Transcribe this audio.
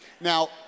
Now